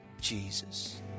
Jesus